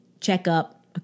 checkup